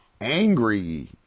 angry